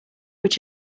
would